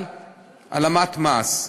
אבל העלמת מס.